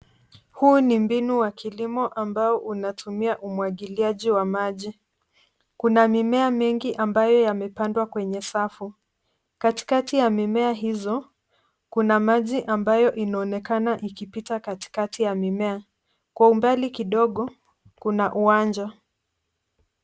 Huu ni mbinu wa kilimo ambao unatumia umwangiliaji wa maji. Kuna mimea mingi ambayo yamepandwa kwenye safu. Katikati ya mimea hizo kuna maji ambayo inaonekana ikipita katikati ya mimea. Kwa umbali kidogo kuna uwanja.